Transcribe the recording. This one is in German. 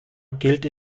gilt